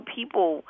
people